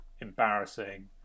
embarrassing